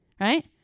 right